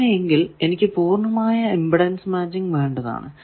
അങ്ങനെ എങ്കിൽ എനിക്ക് പൂർണമായ ഇമ്പിഡൻസ് മാച്ചിങ് വേണ്ടതാണ്